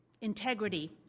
Integrity